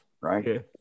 right